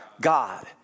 God